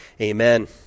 amen